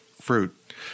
fruit